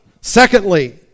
Secondly